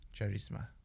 charisma